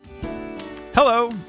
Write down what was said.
Hello